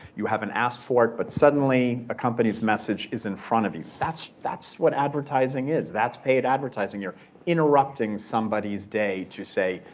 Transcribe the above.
you haven't asked for it, but suddenly, a company's message is in front of you. that's that's what advertising is, that's paid advertising. you're interrupting somebody's day to say,